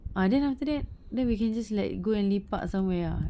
ah then after that then we can just like go and lepak somewhere ah